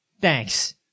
Thanks